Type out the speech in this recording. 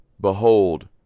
Behold